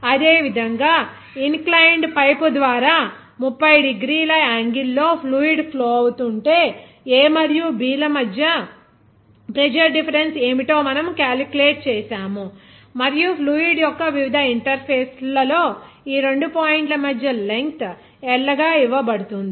అదే విధంగా inclined pipe ద్వారా 30 డిగ్రీల యాంగిల్ లో ఫ్లూయిడ్ ఫ్లో అవుతుంటే A మరియు B ల మధ్య ప్రెజర్ డిఫరెన్స్ ఏమిటో మనము క్యాలిక్యులేట్ చేసాము మరియు ఫ్లూయిడ్ యొక్క వివిధ ఇంటర్ఫేస్లలో ఈ 2 పాయింట్ల మధ్య లెంగ్త్ L గా ఇవ్వబడుతుంది